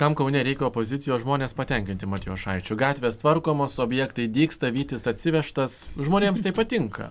kam kaune reikia opozicijos žmonės patenkinti matjošaičiu gatvės tvarkomos objektai dygsta vytis atsivežtas žmonėms tai patinka